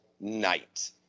night